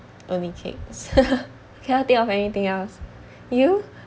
only cakes cannot think of anything else you